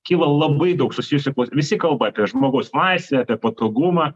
kyla labai daug susijusių visi kalba apie žmogaus laisvę apie patogumą